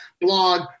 blog